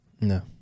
No